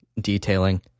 detailing